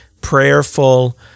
prayerful